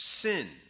sin